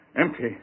Empty